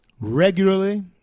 regularly